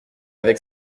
avec